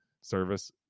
service